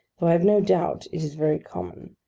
though i have no doubt it is very common.